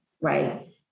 right